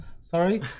sorry